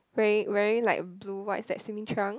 wearing wearing like blue white is like swimming trunks